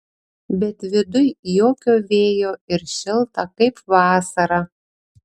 bet viduj jokio vėjo ir šilta kaip vasarą